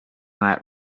that